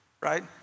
right